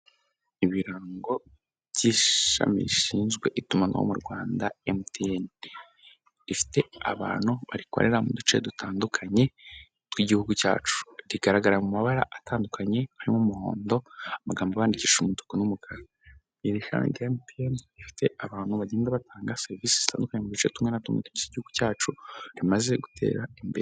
Ibirango by'ishami rishinzwe itumanaho mu rwanda mtd ifite abantu barikorera mu duce dutandukanye tw'igihugu cyacu rigaragara mu mabara atandukanye hari umuhondo amagambo bandikisha umutuku n'umukara ige mpn ifite abantu bagenda batanga serivisi zitandukanye mu duce tumwe na tumwe tw,igihuguhugu cyacu bimaze gutera imbere.